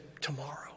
tomorrow